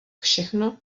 všechno